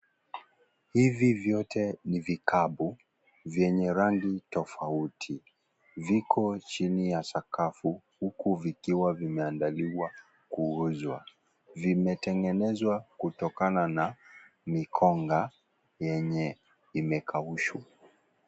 Hivi vyote ni vikapu vyenye rangi tofauti, viko chini ya sakafu huku vikiwa vimeandaliwa kuuzwa. Vimetengenzwa kutokana na mikonga yenye imekaushwa.